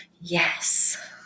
Yes